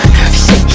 Shake